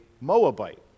Moabite